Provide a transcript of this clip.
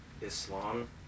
Islam